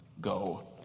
Go